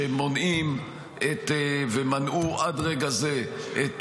שמונעים ומנעו עד רגע זה את